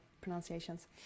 pronunciations